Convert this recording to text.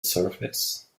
surface